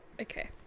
okay